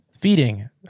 Feeding